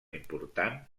important